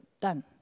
Done